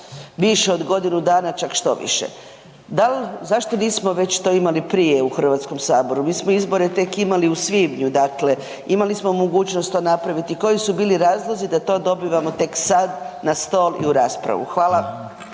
više od godinu dana, čak štoviše. Zašto nismo već to imali prije u HS-u? mi smo izbore tek imali u svibnju, dakle imali smo mogućnost to napraviti. Koji su bili razlozi da to dobivamo tek sad na stol i u raspravu? Hvala.